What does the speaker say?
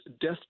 death